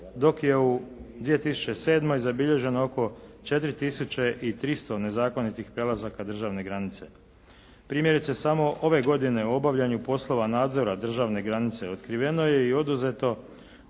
dok je u 2007. zabilježeno oko 4300 nezakonitih prelazaka državne granice. Primjerice samo ove godine u obavljanju poslova nadzora državne granice otkriveno je i oduzeto